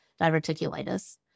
diverticulitis